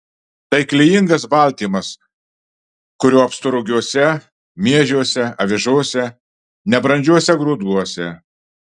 tai klijingas baltymas kurio apstu rugiuose miežiuose avižose nebrandžiuose grūduose